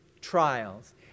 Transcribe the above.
trials